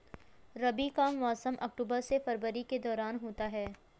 रबी का मौसम अक्टूबर से फरवरी के दौरान होता है